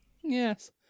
Yes